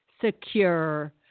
secure